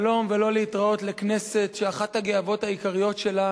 שלום ולא להתראות לכנסת שאחת הגאוות העיקריות שלה